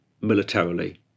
militarily